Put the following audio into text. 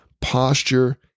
Posture